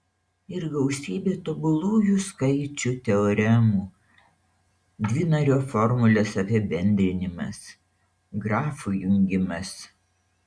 ir gausybė tobulųjų skaičių teoremų dvinario formulės apibendrinimas grafų jungimas